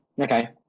Okay